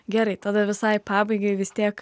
gerai tada visai pabaigai vis tiek